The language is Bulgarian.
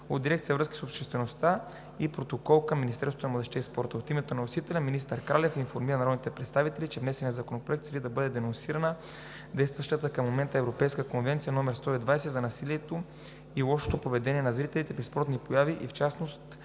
от Дирекция „Връзки с обществеността и протокол“ към Министерството на младежта и спорта. От името на вносителите министър Кралев информира народните представители, че внесеният законопроект цели да бъде денонсирана действащата към момента Европейска конвенция № 120 за насилието и лошото поведение на зрители при спортни прояви и в частност